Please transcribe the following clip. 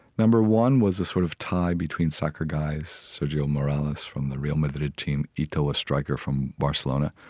number one was a sort of tie between soccer guys, sergio morales from the real madrid team, eto'o, a striker from barcelona.